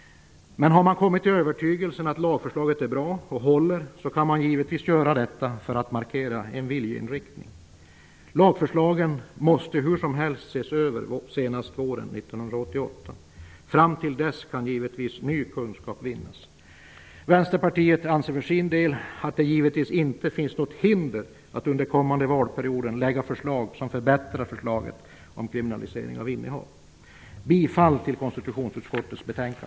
Men om man har kommit till övertygelsen att lagförslaget är bra och håller, kan man givetvis göra detta för att markera en viljeinriktning. Lagförslagen måste hur som helst ses över senast våren 1998. Fram till dess kan givetvis ny kunskap vinnas. Vänsterpartiet anser att det givetvis inte finns något hinder att under kommande valperiod lägga förslag som förbättrar förslaget om kriminalisering av innehav. Jag yrkar bifall till konstitutionsutskottets hemställan.